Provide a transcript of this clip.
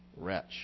Wretch